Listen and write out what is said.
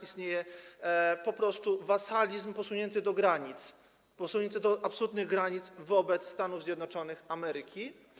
Istnieje po prostu wasalizm posunięty do granic, posunięty do absolutnych granic, wobec Stanów Zjednoczonych Ameryki.